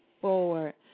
forward